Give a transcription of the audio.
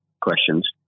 questions